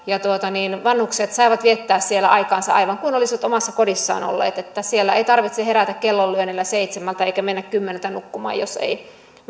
vanhukset saivat viettää siellä aikaansa aivan kuin olisivat omassa kodissaan olleet siellä ei tarvitse herätä kellonlyönnillä seitsemältä eikä mennä kymmeneltä nukkumaan jos ei